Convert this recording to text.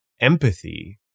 empathy